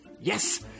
Yes